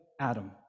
Adam